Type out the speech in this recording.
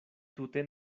tute